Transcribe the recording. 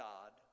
God